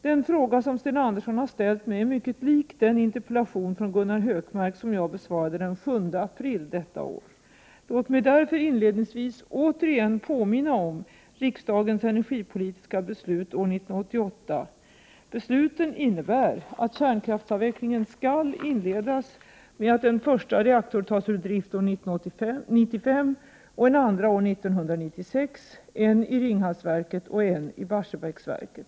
Den fråga som Sten Andersson har ställt mig är mycket lik den interpellation från Gunnar Hökmark som jag besvarade den 7 april detta år. Låt mig därför inledningsvis återigen påminna om riksdagens energipolitiska beslut år 1988 . Beslutet innebär att kärnkraftsavvecklingen skall inledas med att en första reaktor tar ur drift år 1995 och en andra år 1996 —en i Ringhalsverket och en i Barsebäcksverket.